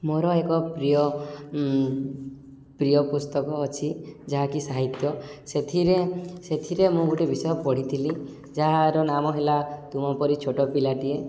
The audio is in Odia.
ମୋର ଏକ ପ୍ରିୟ ପ୍ରିୟ ପୁସ୍ତକ ଅଛି ଯାହାକି ସାହିତ୍ୟ ସେଥିରେ ସେଥିରେ ମୁଁ ଗୋଟେ ବିଷୟ ପଢ଼ିଥିଲି ଯାହାର ନାମ ହେଲା ତୁମ ପରି ଛୋଟ ପିଲାଟିଏ